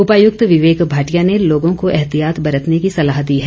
उपायुक्त विवेक भाटिया ने लोगों को एहतियात बरतने की सलाह दी है